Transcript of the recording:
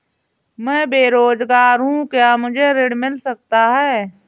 मैं बेरोजगार हूँ क्या मुझे ऋण मिल सकता है?